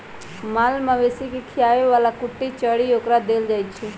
माल मवेशी के खीयाबे बला कुट्टी चरी ओकरा देल जाइ छै